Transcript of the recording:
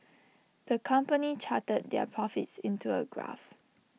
the company charted their profits into A graph